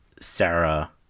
Sarah